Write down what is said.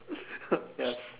yes